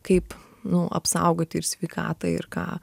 kaip nu apsaugoti ir sveikatą ir ką